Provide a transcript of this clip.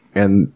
and-